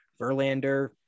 Verlander